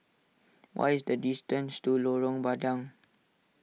what is the distance to Lorong Bandang